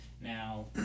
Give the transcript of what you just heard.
Now